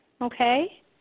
Okay